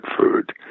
food